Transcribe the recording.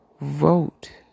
vote